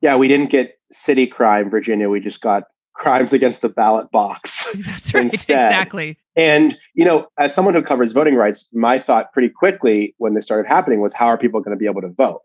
yeah, we didn't get city crime. virginia. we just got crimes against the ballot box instead, actually. and, you know, as someone who covers voting rights. my thought pretty quickly when this started happening was how are people going to be able to vote?